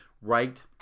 right